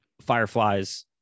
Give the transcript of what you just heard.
fireflies